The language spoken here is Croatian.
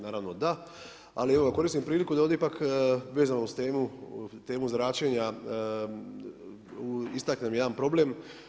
Naravno da, ali evo koristim priliku da ovdje ipak vezano uz temu zračenja istaknem jedan problem.